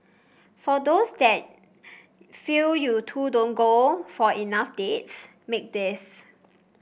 for those that feel you two don't go for enough dates make this